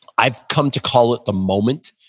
i've come to call it the moment,